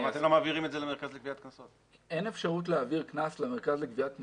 לא מעבירים את זה למרכז לגביית קנסות?